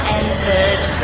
entered